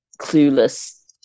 clueless